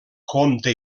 comte